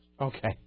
Okay